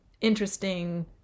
interesting